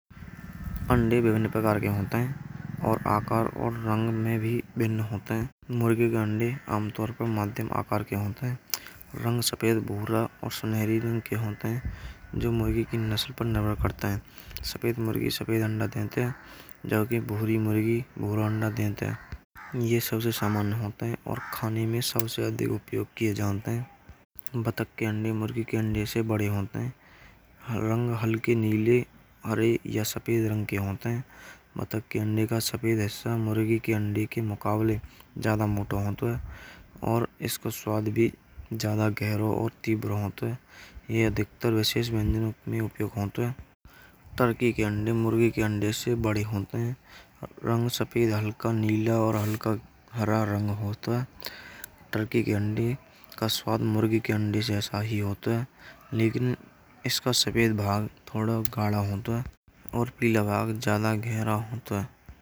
अंडे विभिन्न प्रकार के होते हैं। और आकार और रंग में भी भिन्न होते हैं। मुर्गी के अंडे आमतौर पर मध्यम आकार के होते हैं। रंग सफेद, भूरा और सुनहरे रंग के होते हैं। जो मुर्गी की नस्ल पर निर्भर करते हैं। सफेद मुर्गी सफेद अंडा देती हैं। जो कि भूरी मुर्गी भूरा अंडा देती हैं। यह सबसे सामान्य होता है। और खाने में सबसे अधिक उपयोग किए जाते हैं। बत्तख के अंडे मुर्गी के अंडे से बड़े होते हैं। रंग हल्के नीले, हरे वा सफेद रंग के होते हैं। बत्तख के अंडे का सफेद हिस्सा, मुर्गी के अंडे के मुकाबले ज्यादा मोटा होता है। और इसका स्वाद भी ज्यादा गहरा और तीव्र होता है। यह अधिकतर विशेष व्यंजनों में उपयोग होता है। टर्की के अंडे मुर्गी के अंडे से बड़े होते हैं। रंग सफेद, हल्का नीला वा हल्का हरा रंग होता है। टर्की के अंडे का स्वाद मुर्गी के अंडे जैसा होता है। लेकिन इसका सफेद भाग थोड़ा गाढ़ा होता है। और पीला भाग ज्यादा गहरा होता है।